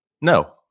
no